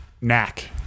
knack